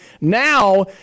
now